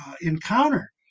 encounter